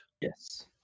Yes